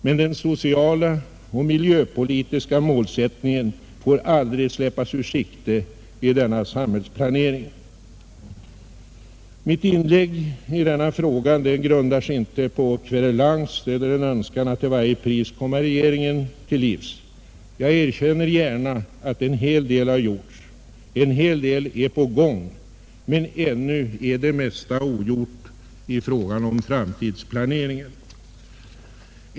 Men den sociala och miljöpolitiska målsättningen får aldrig släppas ur sikte i denna samhällsplanering. Mitt inlägg i denna fråga grundar sig inte på kverulans eller en önskan att till varje pris komma regeringen till livs. Jag erkänner gärna att en hel del har gjorts, en hel del är på gång, men ännu är det mesta ogjort i fråga om framtidsplaneringen.